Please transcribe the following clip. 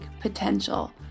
potential